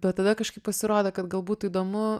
bet tada kažkaip pasirodė kad gal būtų įdomu